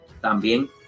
también